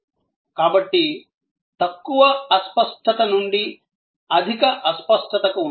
కాబట్టి తక్కువ అస్పష్టత నుండి అధిక అస్పష్టతకు ఉంది